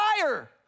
fire